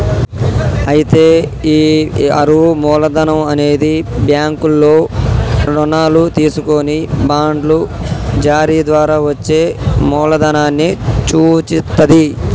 అయితే ఈ అరువు మూలధనం అనేది బ్యాంకుల్లో రుణాలు తీసుకొని బాండ్లు జారీ ద్వారా వచ్చే మూలదనాన్ని సూచిత్తది